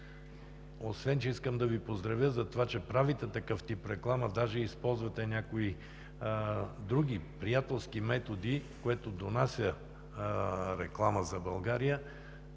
това. Тук искам да Ви поздравя, че правите такъв тип реклама, дори използвате някои други приятелски методи, което донася реклама за България.